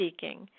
seeking